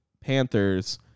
panthers